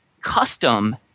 custom